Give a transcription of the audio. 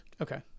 okay